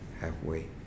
halfway